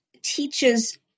teaches